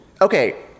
Okay